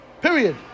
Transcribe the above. Period